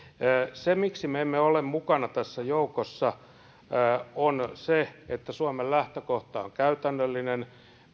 miksi me emme ole mukana tässä joukossa johtuu siitä että suomen lähtökohta on käytännöllinen